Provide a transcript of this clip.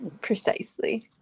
Precisely